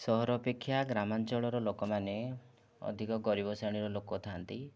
ସହର ଅପେକ୍ଷା ଗ୍ରାମଞ୍ଚଳର ଲୋକମାନେ ଅଧିକ ଗରିବ ଶ୍ରେଣୀର ଲୋକ ଥାଆନ୍ତି